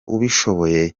ubishoboye